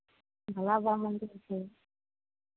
भोला बाबा मन्दिर छै